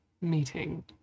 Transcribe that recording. meeting